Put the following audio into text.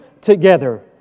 together